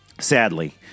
Sadly